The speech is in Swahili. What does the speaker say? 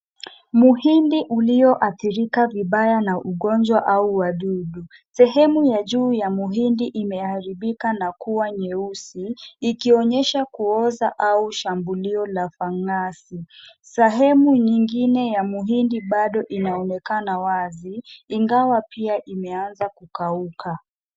Muhindi ulioadhirika vibaya na ugonjwa au wadudu. Sehemu ya juu ya muhindi imeharibika na kuwa nyeusi ikionyesha kuoza au shambulio la fang'asi. Sehemu nyingine ya muhindi bado inaonekana wazi ingawa pia imeanza kukauka.